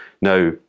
Now